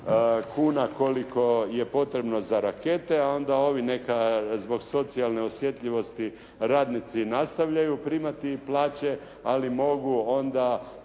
kuna koliko je potrebno za rakete a onda ovi neka zbog socijalne osjetljivosti radnici nastavljaju primati plaće, ali mogu onda